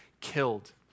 killed